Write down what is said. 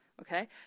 okay